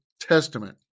Testament